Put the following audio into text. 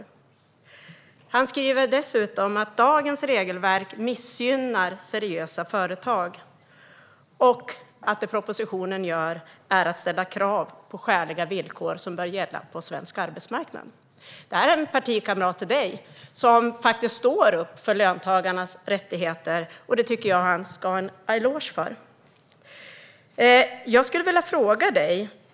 Vidare skriver han att dagens regelverk missgynnar seriösa företag och att det i propositionen ställs krav på de skäliga villkor som bör ställas på svensk arbetsmarknad. Det är en partikamrat till dig som står upp för löntagarnas rättigheter, och det tycker jag att han ska ha en eloge för. Jag vill ställa en fråga till dig.